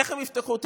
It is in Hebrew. איך הם יפתחו תיקים?